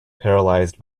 paralysed